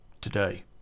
Today